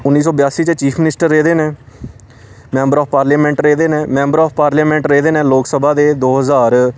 उन्नी सौ ब्यासी च एह् चीफ मिनिस्ट रेह्दे न मैंबर ऑफ पार्लियमैंट रेह्दे न मैंबर ऑफ पार्लियमेंट रेह्दे न लोकसभा दे दो ज्हार